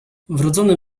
wrodzony